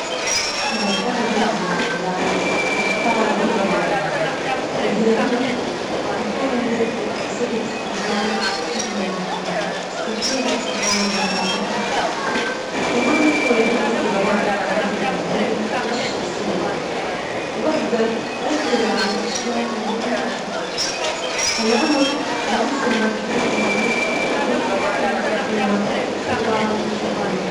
إذا كان عندي الخيار بختار عمري الأربعين، في هالعمر أكون قد اكتسبت خبرات وحكمة من الحياة، وأستطيع اتخاذ جرارات أفضل، كمان يكون عندي استجرار في حياتي المهنية والشخصية، وأجدر أركز على الأشياء اللي أنا أحبها، هالعمر يمثل مرحلة نضوج أجدر أستمتع فيها بثمار جهودي.